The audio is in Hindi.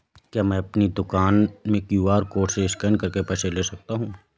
क्या मैं अपनी दुकान में क्यू.आर कोड से स्कैन करके पैसे ले सकता हूँ?